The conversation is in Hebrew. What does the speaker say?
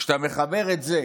כשאתה מחבר את זה